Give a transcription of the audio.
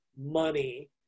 money